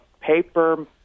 paper